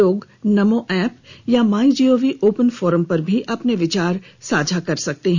लोग नमो ऐप या MyGov open forum पर भी अपने विचार साझा कर सकते हैं